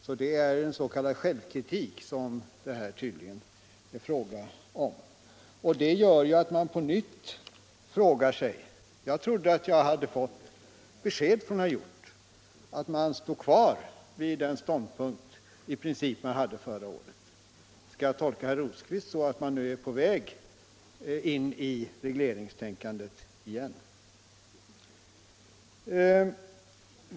Så det är en s.k. självkritik som det här tydligen är fråga om. Jag trodde att jag hade fått besked från herr Hjorth om att socialdemokraterna i princip står kvar vid den ståndpunkt de hade förra året. Skall jag tolka herr Rosqvist så att man nu är på väg in i regleringstänkandet igen? '